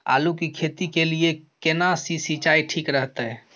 आलू की खेती के लिये केना सी सिंचाई ठीक रहतै?